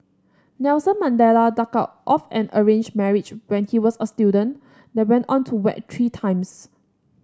Nelson Mandela ducked out of an arranged marriage when he was a student then went on to wed three times